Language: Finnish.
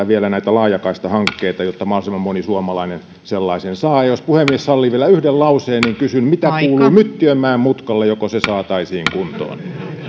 vielä näitä laajakaistahankkeita jotta mahdollisimman moni suomalainen sellaisen saa ja jos puhemies sallii vielä yhden lauseen niin kysyn mitä kuuluu myttiönmäen mutkalle joko se saataisiin kuntoon